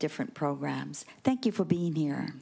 different programs thank you for being here